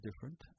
different